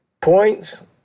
Points